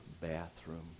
bathroom